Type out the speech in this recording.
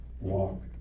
walk